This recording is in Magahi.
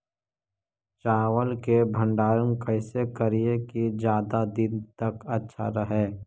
चावल के भंडारण कैसे करिये की ज्यादा दीन तक अच्छा रहै?